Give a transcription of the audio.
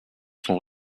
sont